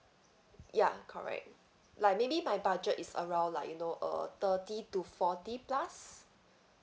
ya correct like maybe my budget is around like you know uh thirty to forty plus